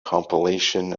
compilation